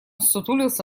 ссутулился